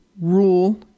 rule